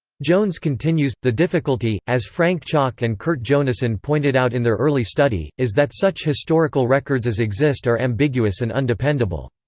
jones continues the difficulty, as frank chalk and kurt jonassohn pointed out in their early study, is that such historical records as exist are ambiguous and undependable.